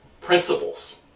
principles